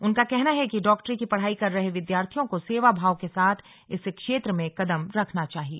उनका कहना है कि डॉक्टरी की पढ़ाई कर रहे विद्यार्थियों को सेवा भाव के साथ इस क्षेत्र में कदम रखना चाहिए